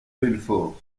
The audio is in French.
belfort